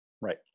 Right